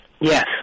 Yes